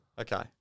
Okay